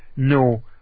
No